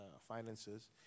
finances